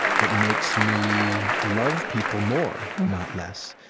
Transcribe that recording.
that makes me love people more, not less,